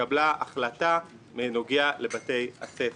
והתקבלה החלטה בנוגע לבתי הספר.